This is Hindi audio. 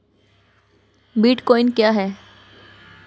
बिटकॉइन क्या है?